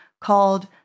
called